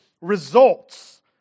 results